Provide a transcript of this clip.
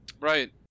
Right